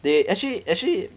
they actually actually